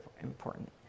important